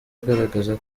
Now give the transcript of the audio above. agaragaza